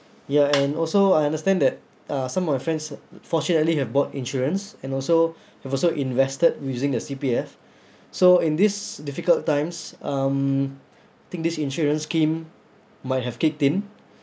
ya and also I understand that uh some of my friends fortunately have bought insurance and also have also invested using the C_P_F so in these difficult times um think this insurance scheme might have kicked in